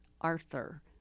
Arthur